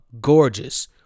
gorgeous